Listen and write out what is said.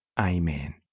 Amen